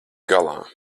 galā